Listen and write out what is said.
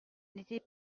n’était